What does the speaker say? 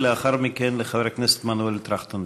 ולאחר מכן לחבר הכנסת מנואל טרכטנברג.